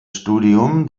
studium